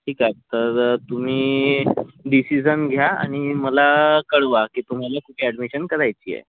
ठीक आहे तर तुम्ही डिसिजन घ्या आणि मला कळवा की तुम्हाला कुथे ॲडमिशन करायची आहे